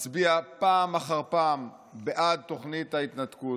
מצביע פעם אחר פעם בעד תוכנית ההתנתקות,